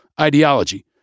ideology